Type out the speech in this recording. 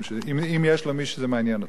אם יש מי שזה מעניין אותו.